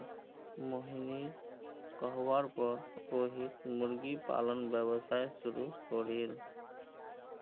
मोहिनीर कहवार पर रोहित मुर्गी पालन व्यवसाय शुरू करील